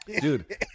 dude